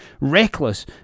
Reckless